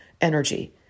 energy